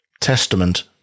Testament